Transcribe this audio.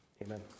Amen